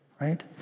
Right